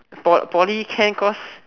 po~ poly can cause